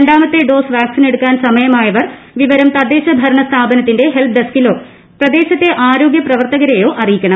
രണ്ടാമത്തെ ഡോസ് വാക്സിനെടുക്കാൻ സമയമായവർ വിവരം തദ്ദേശഭരണ സ്ഥാപനത്തിന്റെ ഹെൽപ് ഡെസ്ക്കിലോ പ്രദേശത്തെ ആരോഗ്യപ്രവർത്തകരെയോ അറിയിക്കണം